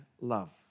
love